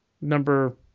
number